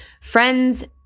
friends